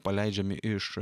paleidžiami iš